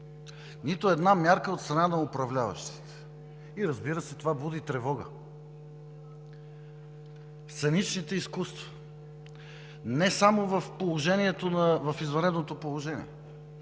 нито една мярка от страна на управляващите. Разбира се, това буди тревога. Сценичните изкуства – не само в извънредното положение,